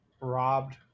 Robbed